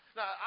Now